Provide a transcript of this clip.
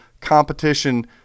competition